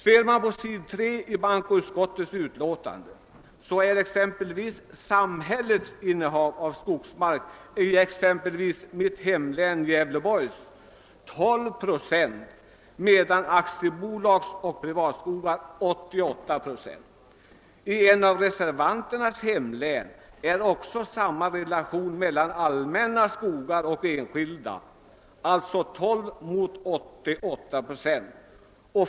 framgår att samhällets innehav av skogsmark i exempelvis mitt hemlän, Gävleborgs län, är 12 procent, medan aktiebolagsskogar och privata skogar uppgår till 88 procent. I ett av reservanternas hemlän är relationen densamma mellan allmänna skogar och enskilda, d. v. s. 12 respektive 88 procent.